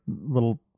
little